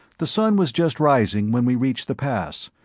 the sun was just rising when we reached the pass,